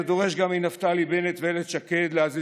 זה דורש גם מנפתלי בנט ואיילת שקד להזיז